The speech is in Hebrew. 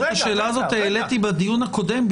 את השאלה הזאת של השימוש בסעיף 9 העליתי בדיון הקודם.